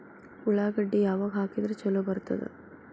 ಉಳ್ಳಾಗಡ್ಡಿ ಯಾವಾಗ ಹಾಕಿದ್ರ ಛಲೋ ಬರ್ತದ?